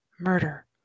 murder